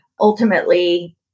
Ultimately